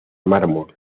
mármol